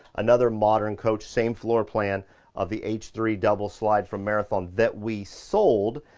another modern coach, same floor plan of the edge three double slide from marathon that we sold.